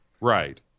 right